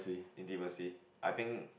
intimacy I think